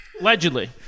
Allegedly